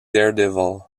daredevil